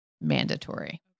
mandatory